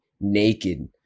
naked